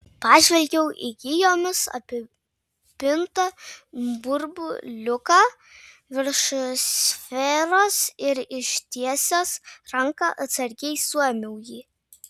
pažvelgiau į gijomis apipintą burbuliuką virš sferos ir ištiesęs ranką atsargiai suėmiau jį